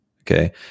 Okay